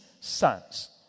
sons